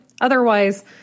otherwise